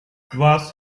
was